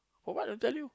for what I tell you